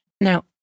Now